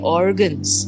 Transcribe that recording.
organs